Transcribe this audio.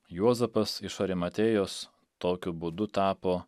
juozapas iš orimatėjos tokiu būdu tapo